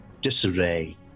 disarray